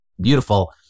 beautiful